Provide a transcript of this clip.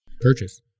Purchase